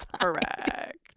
correct